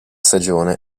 stagione